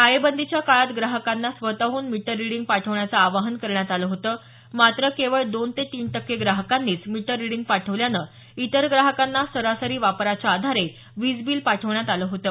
टाळेबंदीच्या काळात ग्राहकांना स्वतःहून मीटर रिडींग पाठवण्याचं आवाहन करण्यात आलं होतं मात्र केवळ दोन ते तीन टक्के ग्राहकांनीच मीटर रीडिंग पाठवल्यानं इतर ग्राहकांना सरासरी वापराच्या आधारे वीज बिल पाठवण्यात आलं होतं